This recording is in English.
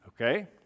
okay